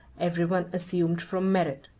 every one assumed from merit.